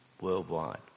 worldwide